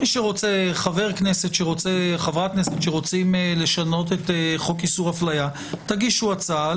חבר כנסת שרוצים לשנות את חוק איסור אפליה תגישו הצעה.